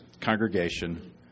congregation